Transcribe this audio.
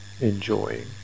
enjoying